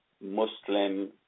Muslim